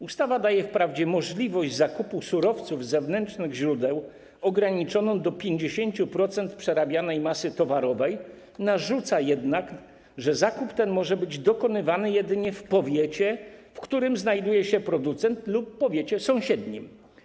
Ustawa daje wprawdzie ograniczoną możliwość zakupu surowców z zewnętrznych źródeł, chodzi o 50% przerabianej masy towarowej, narzuca jednak, że zakup ten może być dokonywany jedynie w powiecie, w którym znajduje się producent, lub w powiecie sąsiednim.